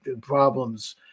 problems